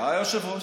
אתה היושב-ראש.